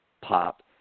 Pop